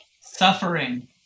Suffering